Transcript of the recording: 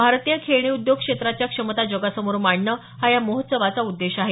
भारतीय खेळणी उद्योग क्षेत्राच्या क्षमता जगासमोर मांडणं हा या महोत्सवाचा उद्देश आहे